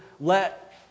let